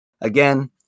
again